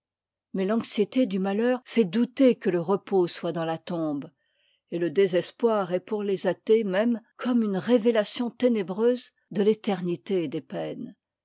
mais l'anxiété du malheur fait douter que le repos soit dans la tombe et le désespoir est pour les athées mêmes comme une révélation ténébreuse de l'éternité des peines